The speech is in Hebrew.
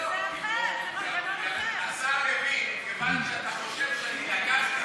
זה נושא אחר, זה מנגנון אחר.